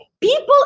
people